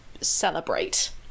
celebrate